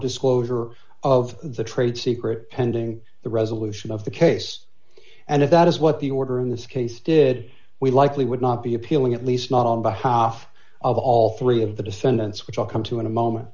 disclosure of the trade secret pending the resolution of the case and if that is what the order in this case did we likely would not be appealing at least not on behalf of all three of the defendants which i'll come to in a moment